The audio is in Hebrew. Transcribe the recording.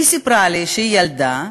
והיא סיפרה לי שהיא ילדה,